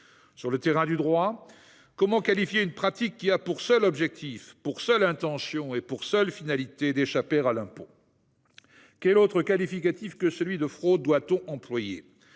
Sur le terrain du droit, comment qualifier une pratique qui a pour seul objectif et pour seule finalité d'échapper à l'impôt ? Quel autre qualificatif que celui de « fraude » doit-on employer ?